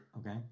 Okay